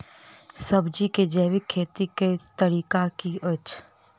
सब्जी केँ जैविक खेती कऽ तरीका की अछि?